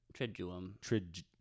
triduum